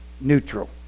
neutral